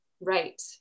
Right